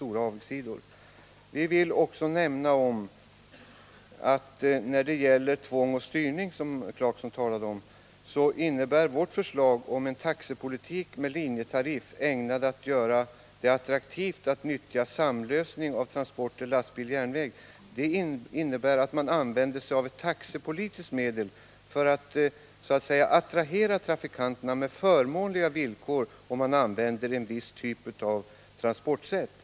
Jag vill också med tanke på det som Rolf Clarkson sade om tvång understryka att vårt förslag om en taxepolitik med linjetariff, ägnad att göra det attraktivt att nyttja samlösning av transporter lastbil-järnväg, innebär att man använder ett taxepolitiskt medel för att attrahera trafikanterna med förmånliga villkor, om de använder ett visst transportslag.